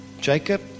Jacob